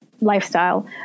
lifestyle